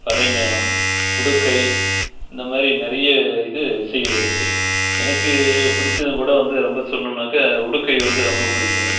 பறை மேளம் உடுக்கை இந்த மாதிரி நிறைய இது இசைகள் இருக்கு எனக்கு பிடிச்சது கூட வந்து ரொம்ப சொல்லணுன்னாக்க உடுக்கை வந்து ரொம்ப பிடிக்குங்க